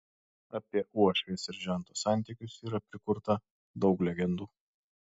apie uošvės ir žento santykius yra prikurta daug legendų